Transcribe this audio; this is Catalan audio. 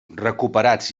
recuperats